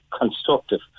constructive